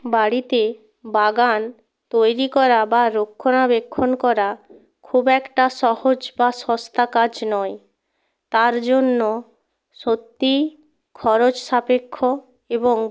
বাড়িতে বাগান তৈরি করা বা রক্ষণাবেক্ষণ করা খুব একটা সহজ বা সস্তা কাজ নয় তার জন্য সত্যিই খরচ সাপেক্ষ এবং